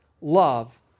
love